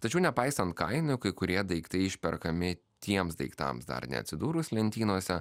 tačiau nepaisant kainų kai kurie daiktai išperkami tiems daiktams dar neatsidūrus lentynose